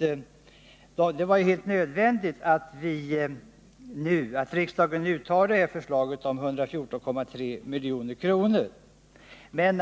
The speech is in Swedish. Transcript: Det är därför nödvändigt att riksdagen nu antar förslaget om ett tillskott på 114,3 milj.kr., men